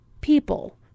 people